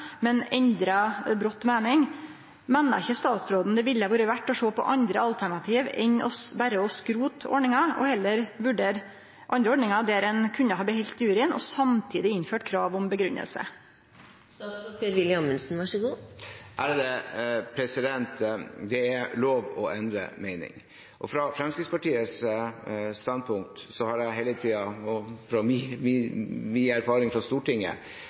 men endra brått meining. Meiner ikkje statsråden det ville vore verdt å sjå på andre alternativ enn berre å skrote ordninga – og heller vurdere andre ordningar der ein kunne behalde juryen og samtidig innført krav om grunngjeving? Det er lov å endre mening. Fra Fremskrittspartiets ståsted har jeg hele tiden opplevd – og det er min erfaring fra Stortinget